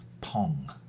Pong